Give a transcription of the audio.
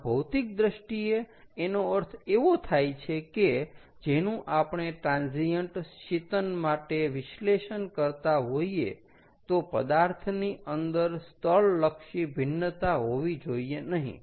પણ ભૌતિક દ્રષ્ટિએ એનો અર્થ એવો થાય છે કે જેનું આપણે ટ્રાન્સીયન્ટ શીતન માટે વિશ્લેષણ કરતા હોઈએ તો પદાર્થની અંદર સ્થળલક્ષી ભિન્નતા હોવી જોઈએ નહીં